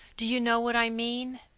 do you know what i mean?